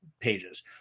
pages